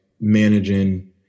managing